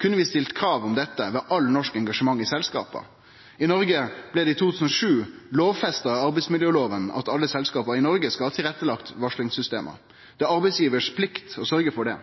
Kunne vi ha stilt krav om dette ved alle norske engasjement i selskap? I Noreg blei det i 2007 lovfesta gjennom arbeidsmiljølova at alle selskap i Noreg skal ha tilrettelagt varslingssystem. Det er arbeidsgivar si plikt å sørgje for det.